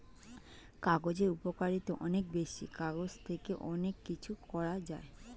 কাগজের উপকারিতা অনেক বেশি, কাগজ দিয়ে অনেক কিছু করা যায়